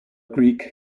greek